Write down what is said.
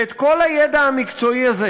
את כל הידע המקצועי הזה,